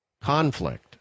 conflict